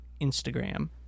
Instagram